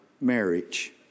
marriage